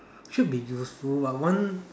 should be useful but one